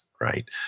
right